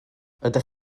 ydych